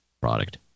product